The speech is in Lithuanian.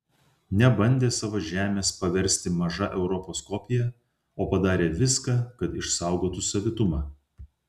nebandė savo žemės paversti maža europos kopija o padarė viską kad išsaugotų savitumą